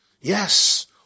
Yes